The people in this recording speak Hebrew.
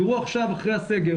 תראו עכשיו אחרי סגר